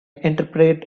interpret